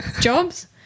jobs